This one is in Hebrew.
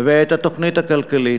ואת התוכנית הכלכלית,